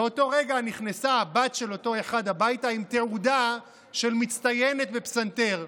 באותו רגע נכנסה הבת של אותו אחד הביתה עם תעודה של מצטיינת בפסנתר.